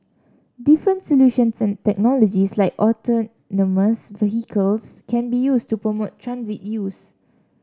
different solutions and technologies like autonomous vehicles can be used to promote transit use